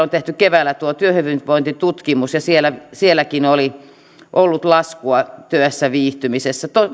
on tehty keväällä tuo työhyvinvointitutkimus että sielläkin oli ollut laskua työssä viihtymisessä